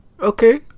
okay